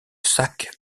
sac